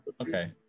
Okay